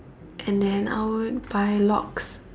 and then I would buy locks